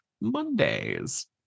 Mondays